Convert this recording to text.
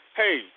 hey